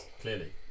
clearly